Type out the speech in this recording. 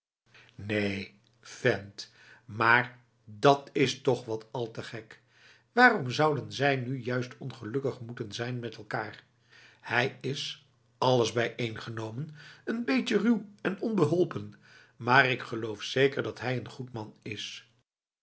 neen vent maar dat is toch wat al te gek waarom zouden zij nu juist ongelukkig moeten zijn met elkaar hij is alles bijeengenomen een beetje ruw en onbeholpen maar ik geloof zeker dat hij een goed man is